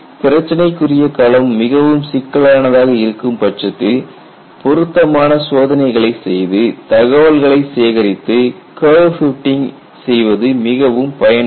பிரச்சினைக்குரிய களம் மிகவும் சிக்கலானதாக இருக்கும் பட்சத்தில் பொருத்தமான சோதனைகளை செய்து தகவல்களை சேகரித்து கர்வ் பிட்டிங் செய்வது மிகவும் பயன் வாய்ந்தது